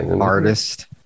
artist